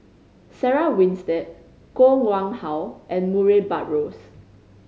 Sarah Winstedt Koh Nguang How and Murray Buttrose